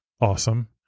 awesome